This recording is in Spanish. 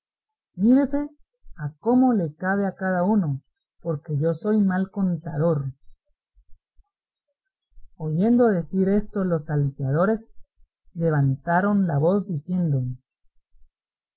a cómo le cabe a cada uno porque yo soy mal contador oyendo decir esto los salteadores levantaron la voz diciendo